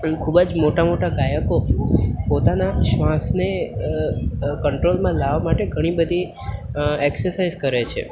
આમ ખૂબ જ મોટા મોટા ગાયકો પોતાના શ્વાસને કંટ્રોલમાં લાવવા માટે ઘણી બધી એક્સસાઇઝ કરે છે